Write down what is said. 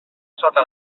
sota